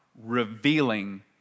revealing